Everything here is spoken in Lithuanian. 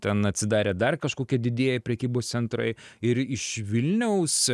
ten atsidarė dar kažkokie didieji prekybos centrai ir iš vilniaus